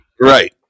Right